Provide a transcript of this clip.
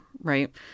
right